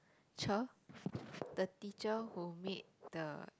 cher the teacher who meet the